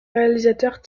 réalisateurs